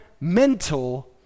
mental